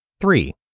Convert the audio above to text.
Three